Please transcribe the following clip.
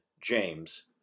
James